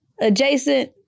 Adjacent